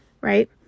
right